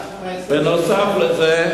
נוסף על זה,